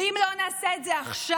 אם לא נעשה את זה עכשיו,